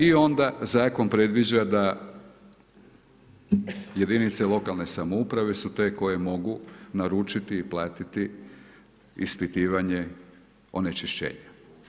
I onda zakon predviđa da jedinice lokalne samouprave su te koje mogu naručiti i platiti ispitivanje onečišćenja.